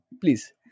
please